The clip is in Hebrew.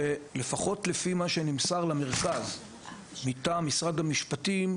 שלפחות לפי מה שנמסר למרכז מטעם משרד המשפטים,